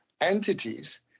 entities